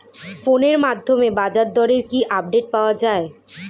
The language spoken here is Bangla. ফোনের মাধ্যমে বাজারদরের কি আপডেট পাওয়া যায়?